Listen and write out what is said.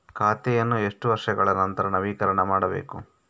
ಖಾತೆಯನ್ನು ಎಷ್ಟು ವರ್ಷಗಳ ನಂತರ ನವೀಕರಣ ಮಾಡಬೇಕು?